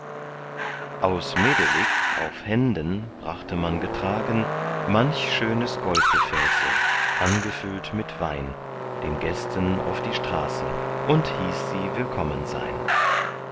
aus medelick auf händen brachte man getragen manch schönes goldgefäße angefüllt mit wein den gästen auf die straße und hieß sie willkommen sein